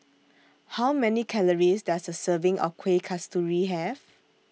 How Many Calories Does A Serving of Kueh Kasturi Have